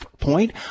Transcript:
point